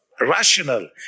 rational